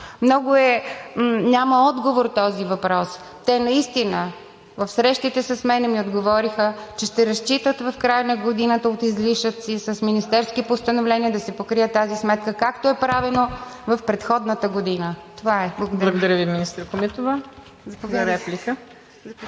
осигуреност? Няма отговор този въпрос. Те наистина в срещите с мен ми отговориха, че ще разчитат в края на годината от излишъци с министерски постановления да се покрие тази сметка, както е правено в предходната година. Това е. Благодаря Ви. (Министър Виолета Комитова